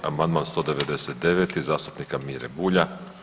Amandman 199. je zastupnika Mire Bulja.